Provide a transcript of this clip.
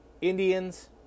Indians